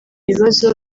bibazo